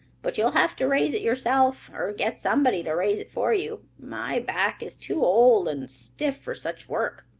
but you'll have to raise it yourself, or get somebody to raise it for you. my back is too old and stiff for such work.